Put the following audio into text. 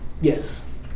Yes